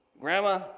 Grandma